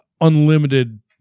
unlimited